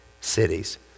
cities